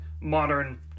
modern